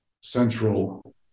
central